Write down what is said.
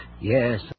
Yes